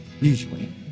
usually